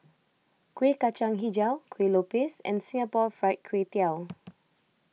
Kueh Kacang HiJau Kuih Lopes and Singapore Fried Kway Tiao